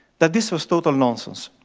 that this was total nonsense.